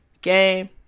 game